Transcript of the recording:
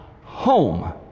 home